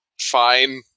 fine